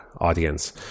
audience